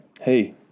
Hey